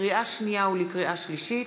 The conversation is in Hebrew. לקריאה שנייה ולקריאה שלישית,